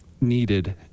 Needed